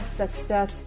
success